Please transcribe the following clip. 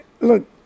Look